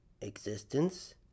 existence